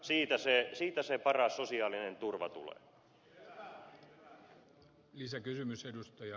siitä se paras sosiaalinen turva tulee